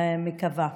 מקווה.